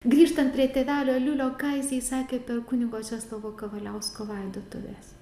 grįžtant prie tėvelio aliulio ką jisai sakė per kunigo česlovo kavaliausko laidotuves